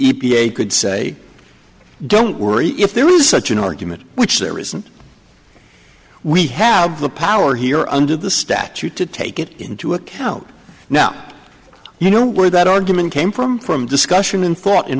a could say don't worry if there was such an argument which there isn't we have the power here under the statute to take it into account now you know where that argument came from from discussion and thought in